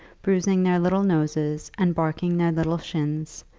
bruising their little noses, and barking their little shins,